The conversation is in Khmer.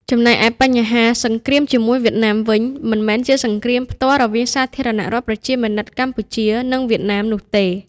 ចំណែកឯបញ្ហា "សង្គ្រាមជាមួយវៀតណាម" វិញ មិនមែនជាសង្គ្រាមផ្ទាល់រវាងសាធារណរដ្ឋប្រជាមានិតកម្ពុជា និងវៀតណាមនោះទេ។